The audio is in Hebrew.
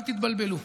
אל תתבלבלו.